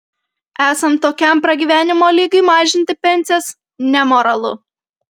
esant tokiam pragyvenimo lygiui mažinti pensijas nemoralu